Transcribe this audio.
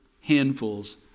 handfuls